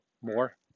more